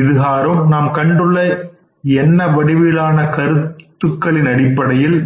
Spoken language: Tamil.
இதுகாறும் நாம் கண்டுள்ள எண்ண வடிவிலானகருத்துக்களின் அடிப்படையில்